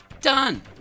done